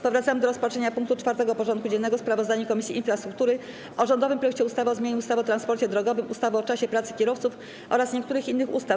Powracamy do rozpatrzenia punktu 4. porządku dziennego: Sprawozdanie Komisji Infrastruktury o rządowym projekcie ustawy o zmianie ustawy o transporcie drogowym, ustawy o czasie pracy kierowców oraz niektórych innych ustaw.